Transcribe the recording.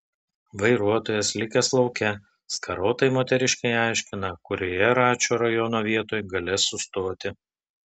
vairuotojas likęs lauke skarotai moteriškei aiškina kurioje račio rajono vietoj galės sustoti